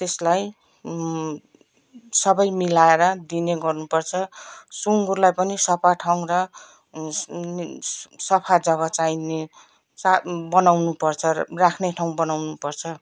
त्यसलाई सबै मिलाएर दिने गर्नु पर्छ सुँगुरलाई पनि सफा ठाउँ र सफा जगा चाहिने सा बनाउनु पर्छ र राख्ने ठाउँ बनाउनु पर्छ